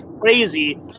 crazy